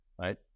right